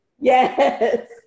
Yes